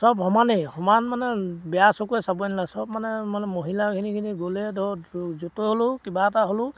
চব সমানেই সমান মানে বেয়া চকুৱে চাবই নালাগে চব মানে মানে মহিলাখিনি খিনি গ'লে ধৰ য'তে হ'লেও কিবা এটা হ'লেও